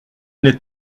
n’êtes